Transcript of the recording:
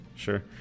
sure